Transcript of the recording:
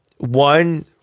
One